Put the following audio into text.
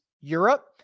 Europe